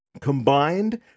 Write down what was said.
Combined